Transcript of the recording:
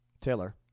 Taylor